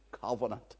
covenant